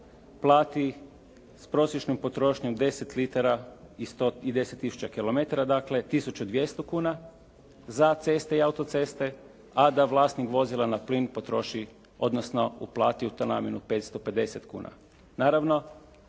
plati s prosječnom potrošnjom 10 litara i 10 tisuća kilometara dakle tisuću 200 kuna za ceste i autoceste, a da vlasnik vozila na plin potroši, odnosno uplati u tu namjenu 550 kuna.